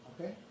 okay